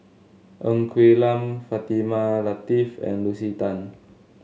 Ng Quee Lam Fatimah Lateef and Lucy Tan